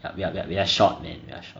yup yup yup we are short man we are short